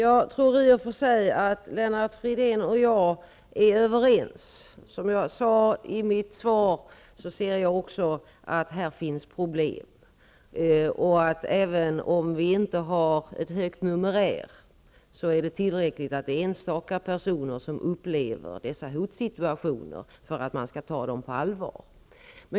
Herr talman! Jag tror att Lennart Fridén och jag i och för sig är överens. Som jag säger i mitt svar ser jag också att det finns problem här. Även om det inte är en stor numerär är det tillräckligt att enstaka personer upplever sådana här hotsituationer för att man skall ta dem på allvar.